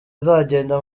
zizagenda